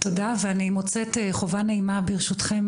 תודה ואני מוצאת חובה נעימה ברשותכם